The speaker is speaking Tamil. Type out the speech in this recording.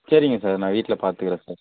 சரிங்க சார் நான் வீட்டில் பார்த்துக்குறன் சார்